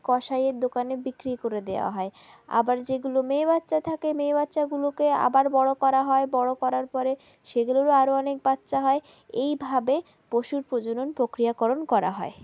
কসাইয়ের দোকানে বিক্রি করে দেওয়া হয় আবার যেগুলো মেয়ে বাচ্চা থাকে মেয়ে বাচ্চাগুলোকে আবার বড় করা হয় বড় করার পরে সেগুলোরও আরও অনেক বাচ্চা হয় এইভাবে পশুর প্রজনন প্রক্রিয়াকরণ করা হয়